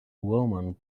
woman